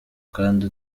kandi